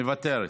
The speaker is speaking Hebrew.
מוותרת.